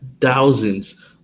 thousands